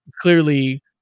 clearly